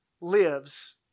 lives